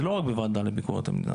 זה לא רק בוועדה לביקורת המדינה,